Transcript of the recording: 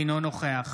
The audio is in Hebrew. אינו נוכח